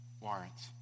warrants